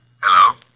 Hello